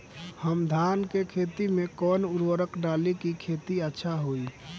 हम धान के खेत में कवन उर्वरक डाली कि खेती अच्छा होई?